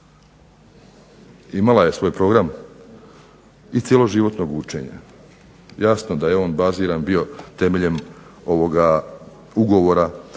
Imala je svoj program i cjeloživotnog učenja. Jasno da je on baziran bio temeljem međunarodnog ugovora